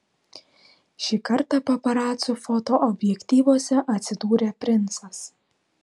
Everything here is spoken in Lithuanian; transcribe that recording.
šį kartą paparacų fotoobjektyvuose atsidūrė princas